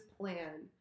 plan